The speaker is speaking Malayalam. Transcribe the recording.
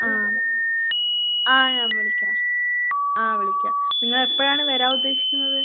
ആ ആ ഞാൻ വിളിക്കാം ആ വിളിക്കാം നിങ്ങൾ എപ്പോഴാണ് വരാനുദേശിക്കുന്നത്